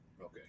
Okay